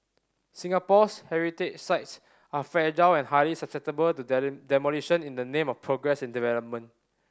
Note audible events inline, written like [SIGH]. Singapore's heritage sites are fragile and highly susceptible to [UNINTELLIGIBLE] [UNINTELLIGIBLE] demolition in the name of progress and development